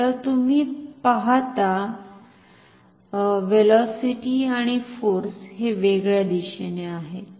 तर तुम्ही पाहता व्हेलॉसीटी आणि फोर्स हे वेगळ्या दिशेने आहेत